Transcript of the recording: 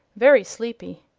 very sleepy.